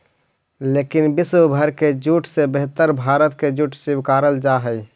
लेकिन विश्व भर के जूट से बेहतर भारत के जूट स्वीकारल जा हइ